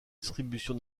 distribution